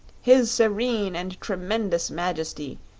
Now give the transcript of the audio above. his serene and tremendous majesty,